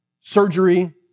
surgery